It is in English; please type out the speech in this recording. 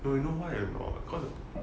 no you know why or not